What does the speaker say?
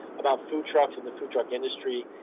about food trucks in the food truck industry.